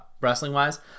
wrestling-wise